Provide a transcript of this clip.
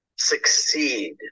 succeed